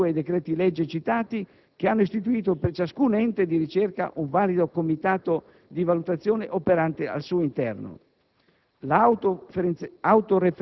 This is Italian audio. Ben diverse le disposizioni di cui ai decreti legislativi citati, che hanno istituito per ciascun ente di ricerca un valido comitato di valutazione operante al suo interno.